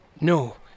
No